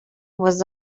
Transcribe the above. was